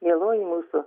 mieloji mūsų